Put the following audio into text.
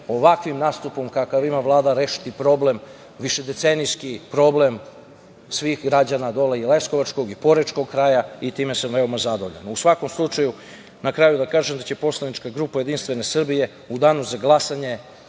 ovakvim nastupom kakav ima Vlada rešiti problem, višedecenijski problem svih građana i leskovačkog i porečkog kraja i time sam veoma zadovoljan.U svakom slučaju na kraju da kažem da će Poslanička grupa JS u danu za glasanje